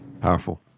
Powerful